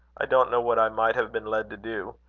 i don't know what i might have been led to do.